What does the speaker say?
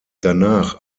danach